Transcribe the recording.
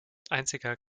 einziger